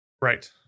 Right